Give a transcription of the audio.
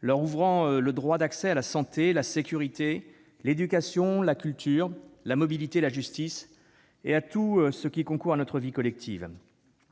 leur ouvrant le droit à la santé, à la sécurité, à l'éducation, à la culture, à la mobilité, à la justice et à tout ce qui concourt à notre vie collective.